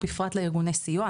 בפרט לארגוני סיוע,